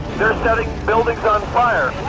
they're setting buildings on fire.